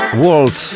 world